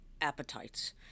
appetites